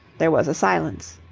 there was a silence.